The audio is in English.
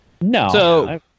No